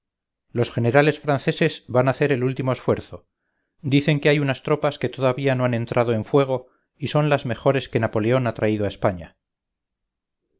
los generales franceses van a hacer el último esfuerzo dicen que hay unas tropas que todavía no han entrado en fuego y son las mejores que napoleón ha traído a españa